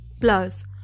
plus